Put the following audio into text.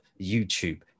YouTube